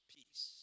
Peace